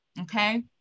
okay